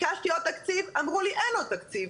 ביקשתי עוד תקציב, אמרו לי אין עוד תקציב.